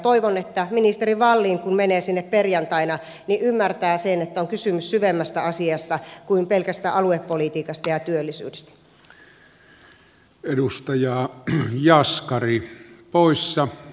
toivon että kun ministeri wallin menee sinne perjantaina niin hän ymmärtää sen että on kysymys syvemmästä asiasta kuin pelkästä aluepolitiikasta ja työllisyydestä